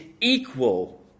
equal